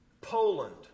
Poland